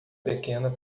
pequena